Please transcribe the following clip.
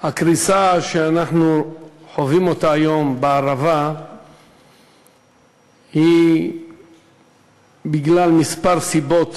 הקריסה שאנחנו חווים היום בערבה היא מכמה סיבות